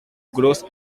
grows